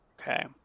Okay